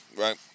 right